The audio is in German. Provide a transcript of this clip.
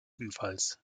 ebenfalls